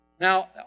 Now